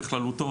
בכללותו,